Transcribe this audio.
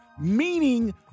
meaning